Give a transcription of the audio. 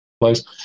place